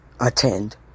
attend